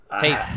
tapes